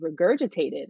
regurgitated